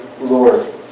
Lord